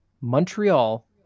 Montreal